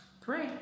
pray